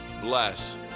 bless